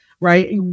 right